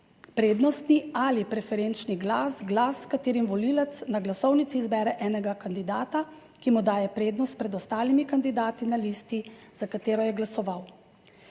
(nadaljevanje) s katerim volivec na glasovnici izbere enega kandidata, ki mu daje prednost pred ostalimi kandidati na listi, za katero je glasoval.